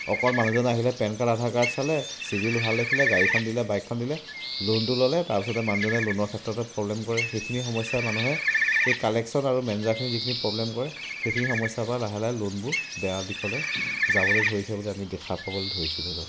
অকল মানুহজন আহিলে পেন কাৰ্ড আধাৰ কাৰ্ড চালে চিভিল ভাল দেখিলে গাড়ীখন দিলে বাইকখন দিলে লোনটো ল'লে তাৰপিছতে মানুহজনে লোনৰ ক্ষেত্ৰতে প্ৰব্লেম কৰে সেইখিনি সমস্যাই মানুহে এই কালেকশ্যন আৰু মেনেজাৰখিনি যিখিনি প্ৰব্লেম কৰে সেইখিনি সমস্যাৰপৰা লাহে লাহে লোনবোৰ বেয়া দিশলৈ যাবলৈ ধৰিছে বুলি আমি দেখা পাবলৈ ধৰিছোঁ ধৰি লওক